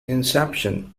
inception